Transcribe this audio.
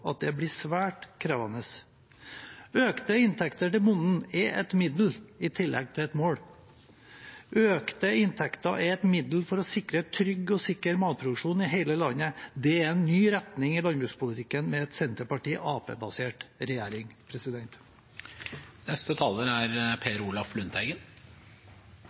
at det blir svært krevende. Økte inntekter til bonden er et middel i tillegg til et mål. Økte inntekter er et middel for å sikre trygg og sikker matproduksjon i hele landet. Det er en ny retning i landbrukspolitikken med en Senterparti–Arbeiderparti-basert regjering. Norges matvaresikkerhet for jordbruksmat er